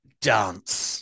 dance